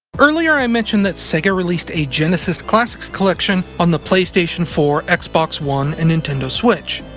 earlier i mentioned that sega released a genesis classics collection on the playstation four, xbox one, and nintendo switch.